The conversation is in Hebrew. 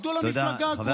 התפקדו למפלגה הקרובה לליבכם,